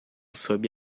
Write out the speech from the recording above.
sob